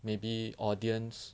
maybe audience